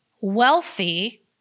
wealthy